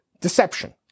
Deception